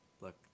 look